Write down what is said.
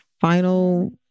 final